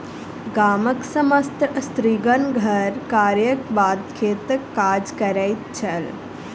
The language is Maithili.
गामक समस्त स्त्रीगण घर कार्यक बाद खेतक काज करैत छल